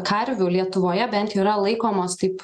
karvių lietuvoje bent jau yra laikomos taip